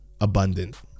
abundant